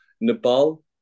Nepal